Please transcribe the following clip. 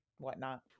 whatnot